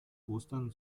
ostern